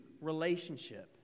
relationship